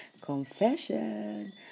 confession